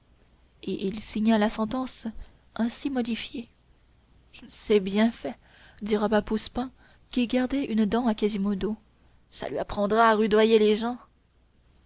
et il signa la sentence ainsi modifiée c'est bien fait dit robin poussepain qui gardait une dent à quasimodo cela lui apprendra à rudoyer les gens